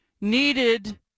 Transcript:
needed